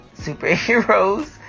superheroes